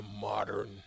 modern